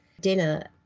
dinner